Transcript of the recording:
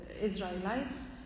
israelites